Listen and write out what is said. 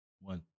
One